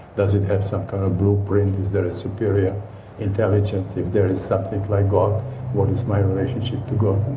does it have some kind of blueprint? is there a superior intelligence? if there is something like god what is my relationship to god,